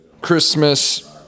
Christmas